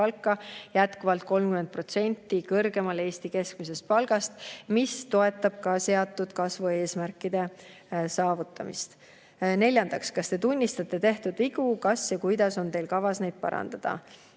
palka jätkuvalt 30% kõrgemal Eesti keskmisest palgast, mis toetab ka seatud kasvueesmärkide saavutamist. Neljateistkümnendaks: "Kas Te tunnistate tehtud vigu? Kas ja kuidas on Teil kavas neid parandada?"